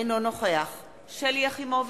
שלי יחימוביץ,